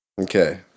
Okay